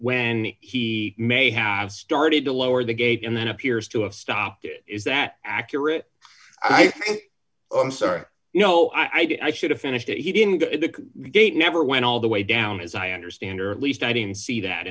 when he may have started to lower the gate and then appears to have stopped is that accurate i think oh i'm sorry you know i should have finished it he didn't go in the gate never went all the way down as i understand or at least i didn't see that